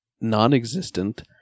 non-existent